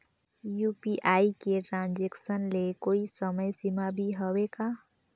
UPI के transaction ले कोई समय सीमा भी हवे का?